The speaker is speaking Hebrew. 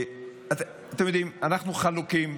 אתם יודעים, אנחנו חלוקים,